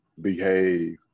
behave